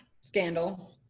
scandal